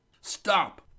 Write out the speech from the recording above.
STOP